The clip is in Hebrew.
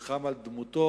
נלחם על דמותו,